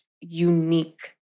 unique